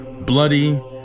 bloody